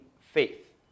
faith